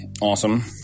awesome